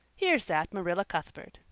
here sat marilla cuthbert,